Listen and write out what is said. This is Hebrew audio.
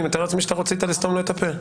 אני מתאר לעצמי שרצית לסתום לו את הפה.